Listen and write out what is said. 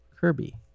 Kirby